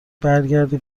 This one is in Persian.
برگردی